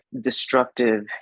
destructive